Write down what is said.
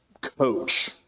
coach